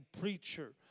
preacher